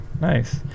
Nice